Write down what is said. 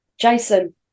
Jason